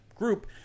group